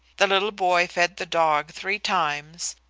the little boy fed the dog three times,